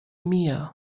mehr